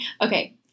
okay